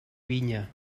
vinya